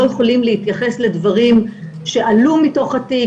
יכולים להתייחס לדברים שעלו מתוך התיק,